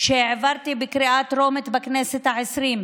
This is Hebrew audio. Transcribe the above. שהעברתי בקריאה טרומית בכנסת העשרים,